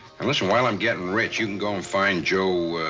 and listen, while i'm getting rich, you can go and find joe.